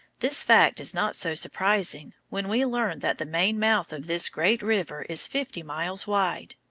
this fact is not so surprising when we learn that the main mouth of this great river is fifty miles wide,